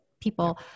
people